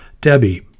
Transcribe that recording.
Debbie